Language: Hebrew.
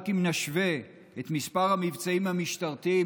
רק אם נשווה את מספר המבצעים המשטרתיים